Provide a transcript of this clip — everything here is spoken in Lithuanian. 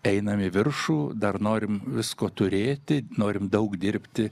einam į viršų dar norim visko turėti norim daug dirbti